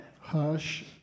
Hush